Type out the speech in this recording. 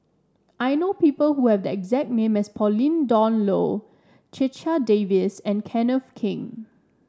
I know people who have the exact name as Pauline Dawn Loh Checha Davies and Kenneth Keng